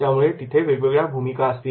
त्यामुळे तिथे वेगवेगळ्या भूमिका असतील